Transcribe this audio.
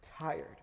tired